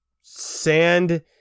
sand